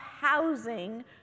housing